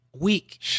Week